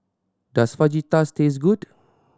does Fajitas taste good